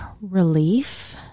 relief